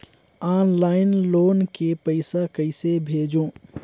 Online loan के पईसा कइसे भेजों?